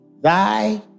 thy